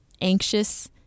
anxious